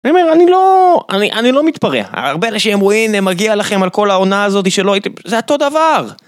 אני אומר, אני לא... אני, לא מתפרע, הרבה אנשים אמרו, הנה מגיע לכם על כל העונה הזאת שלא הייתם... זה אותו דבר!